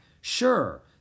Sure